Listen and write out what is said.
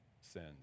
sins